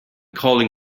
colin